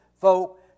folk